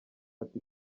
fata